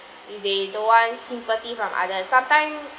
they don't want sympathy from other sometime